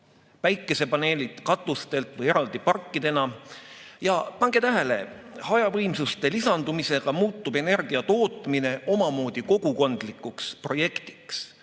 päikesepaneelid katustel või eraldi parkidena. Ja pange tähele, hajavõimsuste lisandumisega muutub energia tootmine omamoodi kogukondlikuks projektiks,